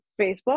Facebook